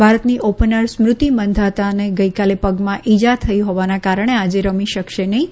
ભારતની ઓપનર સ્મૃતિ મંધાતાને ગઈકાલે પગમાં ઈજા થઈ હોવાના કારણે આજે રમી શકશે નહીં